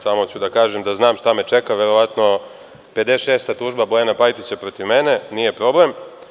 Samo ću da kažem da znam šta me čeka, verovatno 56 tužba Bojana Pajtića protiv mene, nije problem.